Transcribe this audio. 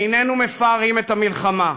איננו מפארים את המלחמה.